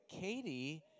Katie